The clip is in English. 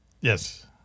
Yes